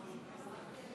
היושבת-ראש,